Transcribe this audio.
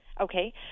Okay